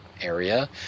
area